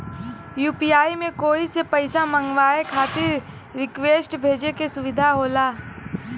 UPI में कोई से पइसा मंगवाये खातिर रिक्वेस्ट भेजे क सुविधा होला